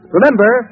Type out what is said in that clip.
Remember